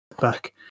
back